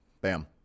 bam